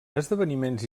esdeveniments